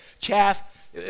Chaff